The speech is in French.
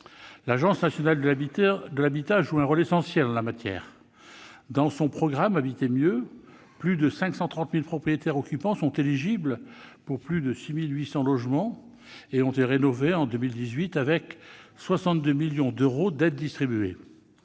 L'Agence nationale de l'habitat joue un rôle essentiel en la matière. Dans le cadre de son programme « Habiter mieux », auquel plus de 530 000 propriétaires occupants sont éligibles, plus de 6 800 logements ont été rénovés en 2018, avec 62 millions d'euros d'aides distribuées.